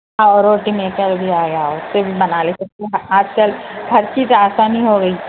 وہ روٹی میکر بھی آ گیا ہے صرف بنا لے سکتی ہوں آج کل ہر چیز آسانی ہو رہی